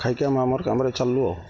ଖାଇକି ଆମେ ଆମର କାମରେ ଚାଲିଲୁ ଆଉ